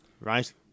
right